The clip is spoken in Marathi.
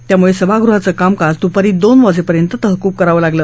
त्यामुळे सभागृहाचं कामकाज दुपारी दोन वाजेपर्यंत तहकूब करावं लागलं